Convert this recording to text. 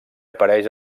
apareix